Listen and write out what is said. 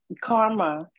Karma